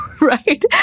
Right